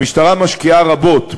המשטרה משקיעה רבות,